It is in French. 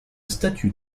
statue